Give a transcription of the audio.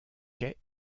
quais